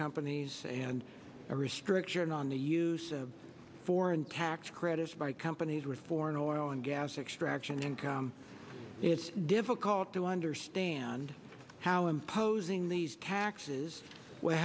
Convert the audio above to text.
companies and a restriction on the use of foreign tax credits by companies with foreign oil and gas extraction income it's difficult to understand how imposing these taxes will